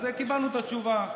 אז קיבלנו את התשובה: